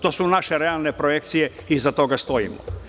To su naše realne projekcije i iza toga stojimo.